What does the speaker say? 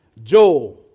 Joel